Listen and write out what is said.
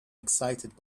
excited